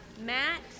Matt